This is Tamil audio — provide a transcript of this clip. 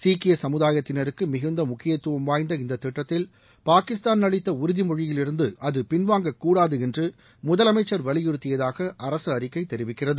சீக்கிய சமுதாயத்தினருக்கு மிகுந்த முக்கியத்துவம் வாய்ந்த இந்த திட்டத்தில் பாகிஸ்தான் அளித்த உறுதிமொழியிலிருந்து அது பின்வாங்கக் கூடாது என்று முதலமைச்சர் வலியுறத்தியதாக அரசு அறிக்கை தெரிவிக்கிறது